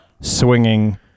swinging